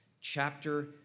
chapter